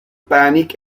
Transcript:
panic